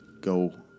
go